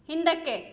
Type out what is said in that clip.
ಹಿಂದಕ್ಕೆ